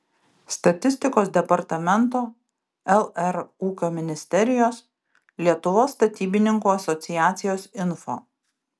statistikos departamento lr ūkio ministerijos lietuvos statybininkų asociacijos info